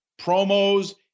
promos